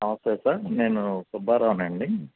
నమస్తే సార్ నేను సుబ్బారావ్నండి